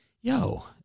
yo